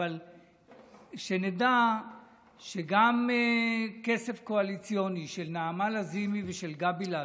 אבל שנדע שגם כסף קואליציוני של נעמה לזימי ושל גבי לסקי,